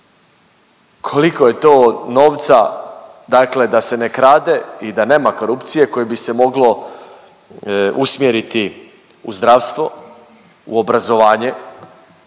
Koliko je to novca dakle da se ne krade i da nema korupcije koje bi se moglo usmjeriti u zdravstvo, u obrazovanje,